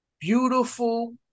beautiful